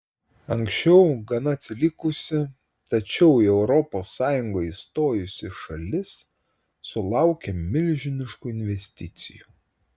anksčiau gana atsilikusi tačiau į europos sąjungą įstojusi šalis sulaukia milžiniškų investicijų